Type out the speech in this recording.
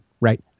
right